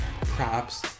props